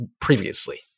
previously